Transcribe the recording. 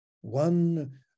one